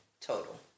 total